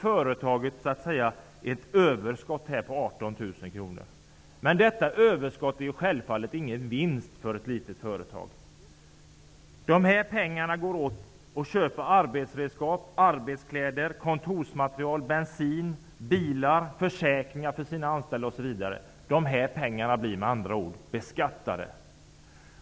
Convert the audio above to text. Företagets överskott blir då 18 000 kr. Men detta överskott är självfallet ingen vinst för ett litet företag. Dessa pengar går till att köpa arbetsredskap, arbetskläder, kontorsmateriel, bensin, bilar, betala försäkringar för de anställda osv. Med andra ord blir dessa pengar beskattade.